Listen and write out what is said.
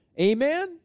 amen